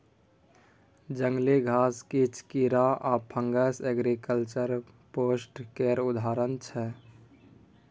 जंगली घास, किछ कीरा आ फंगस एग्रीकल्चर पेस्ट केर उदाहरण छै